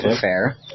Fair